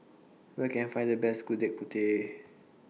Where Can I Find The Best Gudeg Putih